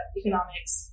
economics